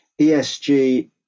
ESG